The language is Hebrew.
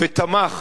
ותמך